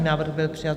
Návrh byl přijat.